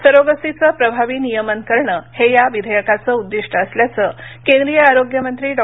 सरोगसीचं प्रभावी नियमन करणे हे या विधेयकाचं उद्दिष्ट असल्याचं केन्द्रीय आरोग्य मंत्री डॉ